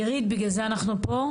אירית, בגלל זה אנחנו פה.